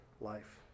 life